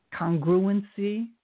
congruency